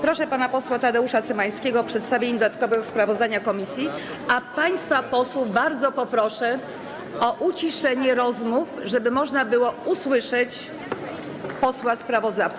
Proszę pana posła Tadeusza Cymańskiego o przedstawienie dodatkowego sprawozdania (Gwar na sali), a państwa posłów bardzo poproszę o uciszenie rozmów, żeby można było usłyszeć posła sprawozdawcę.